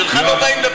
שלך לא באים.